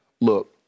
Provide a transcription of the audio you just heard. look